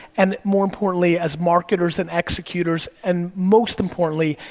and more importantly, as marketers and executors and most importantly,